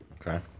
okay